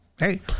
Hey